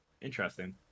interesting